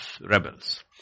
rebels